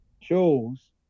shows